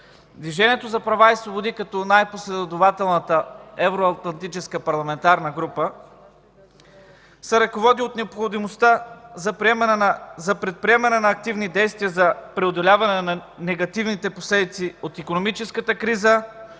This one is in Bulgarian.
Движението за права и свободи, като най-последователната евроатлантическа парламентарна група, се ръководи от необходимостта от предприемане на активни действия за преодоляване на негативните последици от икономическата криза,